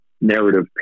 narrative